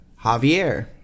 Javier